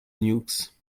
nukes